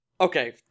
Okay